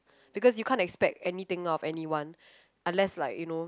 because you can't expect anything out of anyone unless like you know